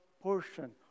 portion